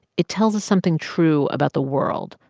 it tells us something true about the world,